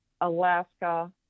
Alaska